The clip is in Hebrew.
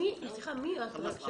מי את?